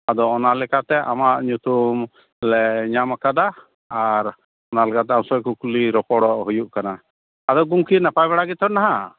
ᱟᱫᱚ ᱚᱱᱟ ᱞᱮᱠᱟ ᱛᱮ ᱟᱢᱟᱜ ᱧᱩᱛᱩᱢ ᱞᱮ ᱧᱟᱢ ᱟᱠᱟᱫᱟ ᱟᱨ ᱚᱱᱟ ᱞᱮᱠᱟ ᱛᱮ ᱟᱢ ᱥᱟᱶ ᱠᱩᱠᱞᱤ ᱨᱚᱯᱚᱲᱚᱜ ᱦᱩᱭᱩᱜ ᱠᱟᱱᱟ ᱟᱫᱚ ᱜᱚᱝᱠᱮ ᱱᱟᱯᱟᱭ ᱵᱟᱲᱟ ᱜᱮᱛᱚ ᱱᱟᱦᱟᱜ